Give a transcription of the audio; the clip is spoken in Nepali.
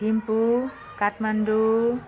थिम्पू काठमाडौँ